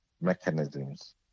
mechanisms